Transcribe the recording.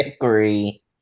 agree